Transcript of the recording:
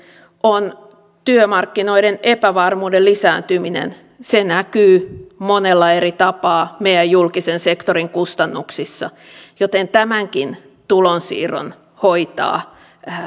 on työmarkkinoiden epävarmuuden lisääntyminen se näkyy monella eri tapaa meidän julkisen sektorin kustannuksissa joten tämänkin tulonsiirron hoitavat